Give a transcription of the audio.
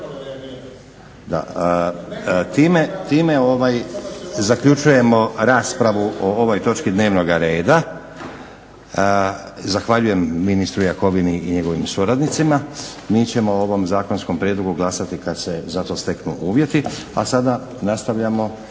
Time zaključujemo raspravu o ovoj točki dnevnoga reda. Zahvaljujem ministru Jakovini i njegovim suradnicima. Mi ćemo o ovom zakonskom prijedlogu glasati kad se za to steknu uvjeti. **Leko,